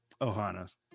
Ohana's